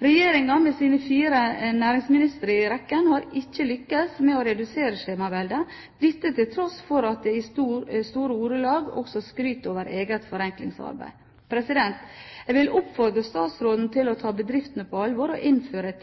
Regjeringen med sine fire næringsministre i rekken har ikke lyktes med å redusere skjemaveldet, til tross for at de i store ordelag også skryter av eget forenklingsarbeid. Jeg vil oppfordre statsråden til å ta bedriftene på alvor og innføre et